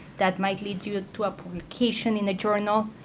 that might lead you to a publication in the journal.